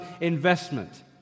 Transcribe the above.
investment